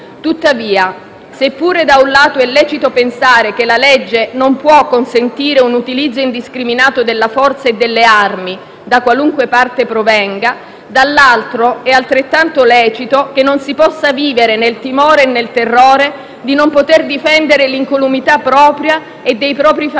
Tuttavia, seppure da un lato è lecito pensare che la legge non può consentire un utilizzo indiscriminato della forza e delle armi da qualunque parte provenga, dall'altro lato è altrettanto lecito che non si possa vivere nel timore e nel terrore di non poter difendere l'incolumità propria e dei propri familiari